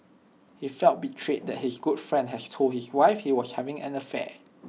he felt betrayed that his good friend has told his wife he was having an affair